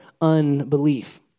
unbelief